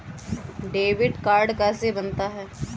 Debit card कैसे बनता है?